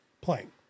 playing